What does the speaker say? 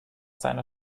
seiner